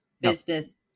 business